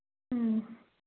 ꯎꯝ